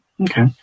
Okay